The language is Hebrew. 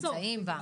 ונמצאים בה.